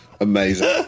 Amazing